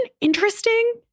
interesting